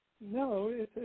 no